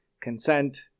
consent